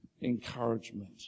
encouragement